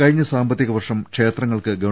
കഴിഞ്ഞ സാമ്പത്തികവർഷം ക്ഷേത്രങ്ങൾക്ക് ഗവ